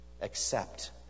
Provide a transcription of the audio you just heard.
Accept